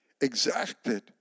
exacted